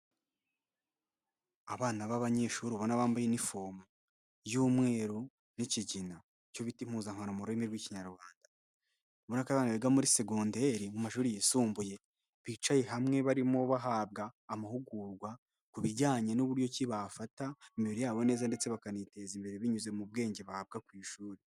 Abana b'abanyeshuri ubona bambaye iniformu y'umweru n'ikigina cyo bita impuzankano mu rurimi rw'ikinyarwanda, urabona ko abana biga muri segonderi mu mashuri yisumbuye, bicaye hamwe barimo bahabwa amahugurwa ku bijyanye n'uburyo ki bafata imibiri yabo neza ndetse bakaniteza imbere binyuze mu bwenge bahabwa ku ishuri.